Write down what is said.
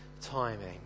timing